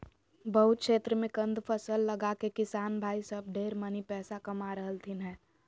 बहुत क्षेत्र मे कंद फसल लगाके किसान भाई सब ढेर मनी पैसा कमा रहलथिन हें